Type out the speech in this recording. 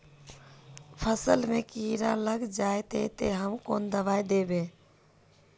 फसल में कीड़ा लग जाए ते, ते हम कौन दबाई दबे?